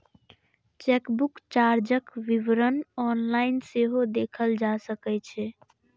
chequebook चार्जक विवरण online सेहो देखल जा सकै छै